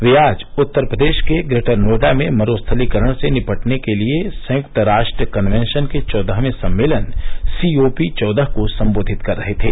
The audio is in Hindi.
वे आज उत्तर प्रदेश के ग्रेटर नोएडा में मरूस्थलीकरण से निपटने के लिए संयुक्त राष्ट्र कन्वेंशन के चौदहवें सम्मेलन सीओपी चौदह को संबोधित कर रहे थे